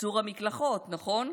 קיצור המקלחות, נכון?